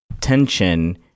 tension